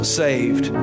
saved